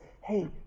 hey